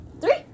Three